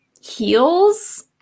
heels